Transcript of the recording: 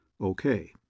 Okay